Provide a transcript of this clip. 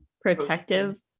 protective